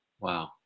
Wow